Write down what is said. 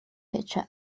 pitcher